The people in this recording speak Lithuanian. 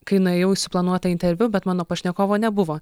kai nuėjau į suplanuotą interviu bet mano pašnekovo nebuvo